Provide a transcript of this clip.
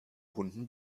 hunden